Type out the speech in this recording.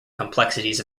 complexities